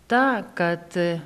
ta kad